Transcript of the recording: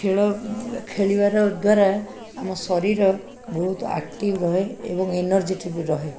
ଖେଳ ଖେଳିବାର ଦ୍ୱାରା ଆମ ଶରୀର ବହୁତ ଆକ୍ଟିଭ ରହେ ଏବଂ ଏନରର୍ଜେଟିକ୍ ବି ରହେ